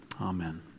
amen